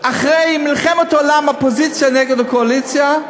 אחרי מלחמת עולם האופוזיציה נגד הקואליציה.